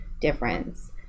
difference